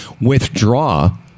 withdraw